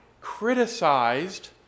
criticized